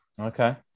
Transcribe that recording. Okay